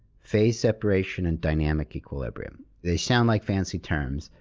phase separation and dynamic equilibrium. they sound like fancy terms,